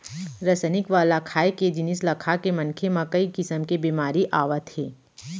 रसइनिक वाला खाए के जिनिस ल खाके मनखे म कइ किसम के बेमारी आवत हे